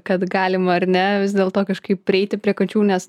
kad galima ar ne vis dėlto kažkaip prieiti prie kačių nes